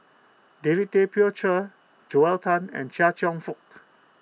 David Tay Poey Cher Joel Tan and Chia Cheong Fook